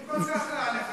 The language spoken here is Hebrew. אם כל כך רע לך,